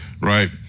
right